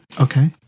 Okay